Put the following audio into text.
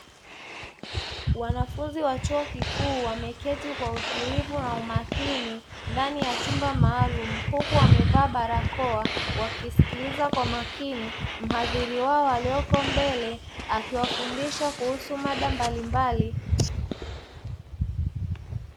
Wanafunzi wa chuo kikuu wameketi kwa utulivu na umakini ndani ya chumba maalumu. Huku wamevaa barakoa wakisikiliza, kwa makini mhadhiri wao walioko mbele akiwafundisha kuhusu mada mbalimbali.